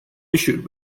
issued